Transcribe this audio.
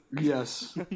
Yes